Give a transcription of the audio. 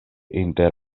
inter